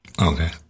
Okay